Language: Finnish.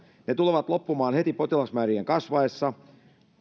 ne tulevat loppumaan heti potilasmäärien kas vaessa